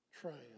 triumph